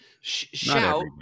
shout